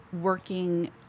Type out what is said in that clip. working